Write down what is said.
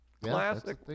classic